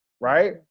right